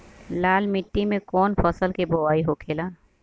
लाल मिट्टी में कौन फसल के बोवाई होखेला?